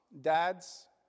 dads